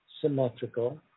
symmetrical